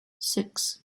six